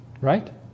Right